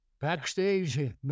backstage